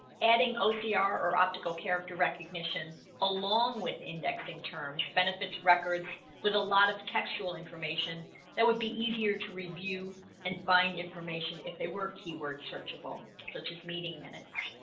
adding ocr ah or or optical character recognition along with indexing terms benefits records with a lot of textual information that would be easier to review and find information if they were keyword searchable such as meeting minutes